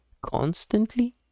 constantly